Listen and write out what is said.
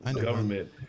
government